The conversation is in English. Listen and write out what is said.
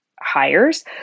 hires